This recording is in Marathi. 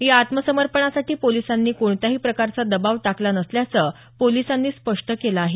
या आत्मसमर्पणासाठी पोलिसांनी कोणत्याही प्रकारचा दबाव टाकला नसल्याचं पोलिसांनी स्पष्ट केलं आहे